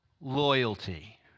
loyalty